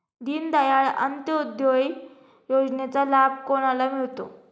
दीनदयाल अंत्योदय योजनेचा लाभ कोणाला मिळतो?